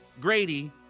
Grady